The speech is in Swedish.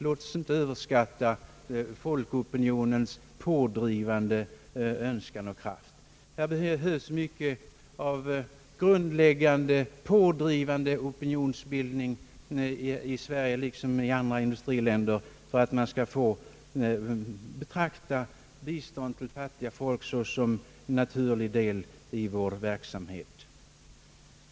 Låt oss här inte överskatta folkopinionens pådrivande kraft. Det behövs mycket av grundläggande och pådrivande opinionsbildning i Sverige, liksom i andra industriländer, för att man skall betrakta biståndet till fattiga folk som en naturlig del av vår verksamhet.